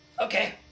Okay